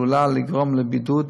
עלולה לגרום לבידוד,